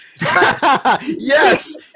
Yes